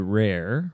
rare